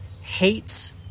hates